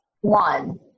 one